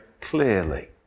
clearly